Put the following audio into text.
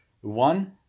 One